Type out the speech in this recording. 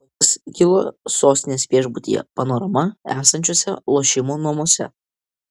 konfliktas kilo sostinės viešbutyje panorama esančiuose lošimo namuose